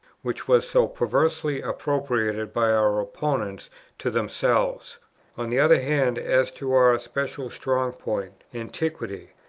which was so perversely appropriated by our opponents to themselves on the other hand, as to our special strong point, antiquity,